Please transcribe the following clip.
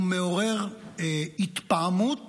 הוא מעורר התפעמות